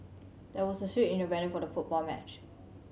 there was a switch in the venue for the football match